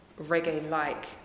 reggae-like